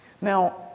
Now